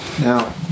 now